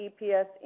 EPS